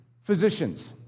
Physicians